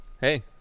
hey